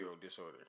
disorder